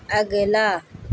اگلا